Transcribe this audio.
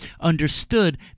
understood